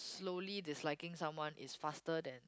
slowly disliking someone is faster than